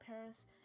Paris